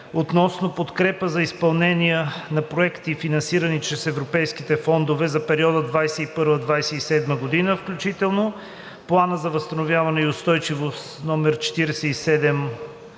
относно подкрепа за изпълнение на проекти, финансирани чрез Европейските фондове за периода 2021 – 2027 г., включително Плана за възстановяване и устойчивост, №